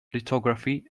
lithography